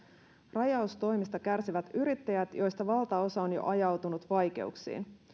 rajaustoimista kärsivät yrittäjät joista valtaosa on jo ajautunut vaikeuksiin